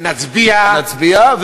נצביע, נצביע, אני מוסיף.